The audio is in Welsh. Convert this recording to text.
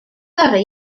yrru